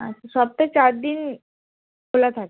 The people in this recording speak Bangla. আচ্ছা সপ্তাহে চার দিন খোলা থাকে